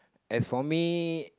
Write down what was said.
as for me